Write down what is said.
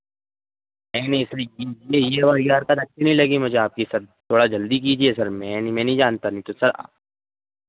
ये ई वाली हरकत अच्छी नहीं लगी मुझे आपकी सर थोड़ा जल्दी कीजिए सर में नहीं में नहीं जानता मैं तो सर